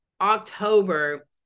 October